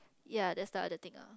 ya that's the other thing uh